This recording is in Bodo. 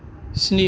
स्नि